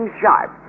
sharp